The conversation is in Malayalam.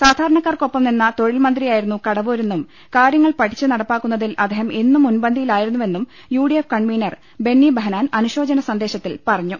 സാധാരണക്കാർക്കൊപ്പം നിന്ന് തൊഴിൽമന്ത്രിയായിരുന്നു കട വൂരെന്നും കാര്യങ്ങൾ പഠിച്ച് നടപ്പാക്കുന്നതിൽ അദ്ദേഹം എന്നും മുൻപന്തിയിലായിരുന്നുവെന്നും യു്ഡിഎഫ് കൺവീനർ ബെന്നി ബെഹനാൻ അനുശോചന സ്ന്ദേശത്തിൽ പറഞ്ഞു